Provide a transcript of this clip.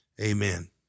amen